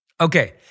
Okay